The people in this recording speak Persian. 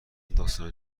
داستان